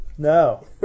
No